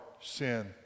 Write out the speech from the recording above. sin